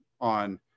on